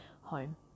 home